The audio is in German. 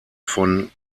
von